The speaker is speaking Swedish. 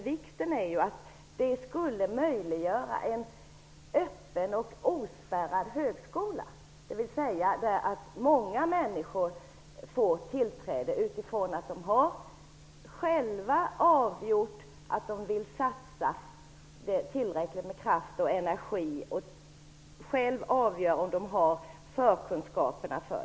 Vikten är att det skulle möjliggöra en öppen och ospärrad högskola, dvs. att många människor skulle få tillträde till högskola utifrån att de själva avgjort att de vill satsa tillräckligt med kraft och energi och själva avgör om de har förkunskaperna.